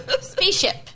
Spaceship